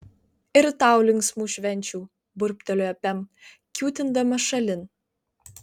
ir tau linksmų švenčių burbtelėjo pem kiūtindama šalin